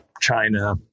China